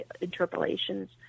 interpolations